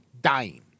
dying